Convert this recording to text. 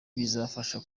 bizabafasha